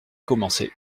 commencer